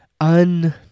un-